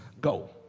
go